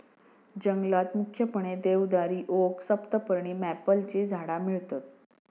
जंगलात मुख्यपणे देवदारी, ओक, सप्तपर्णी, मॅपलची झाडा मिळतत